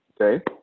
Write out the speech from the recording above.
okay